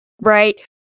right